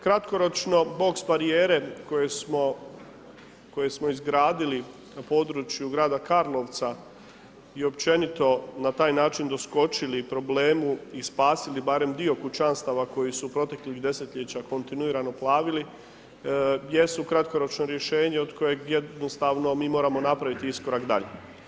Kratkoročno box barijere koje smo izgradili na području grada Karlovca i općenito na taj način doskočili problemu i spasili barem dio kućanstava koji su proteklih desetljeća kontinuirano plavili jesu kratkoročno rješenje od kojeg jednostavno mi moramo napraviti iskorak dalje.